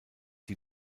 die